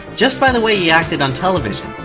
just by the way he acted on television.